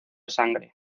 sangre